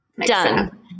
Done